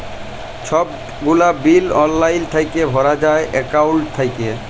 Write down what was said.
ছব গুলা বিল অললাইল থ্যাইকে ভরা যায় একাউল্ট থ্যাইকে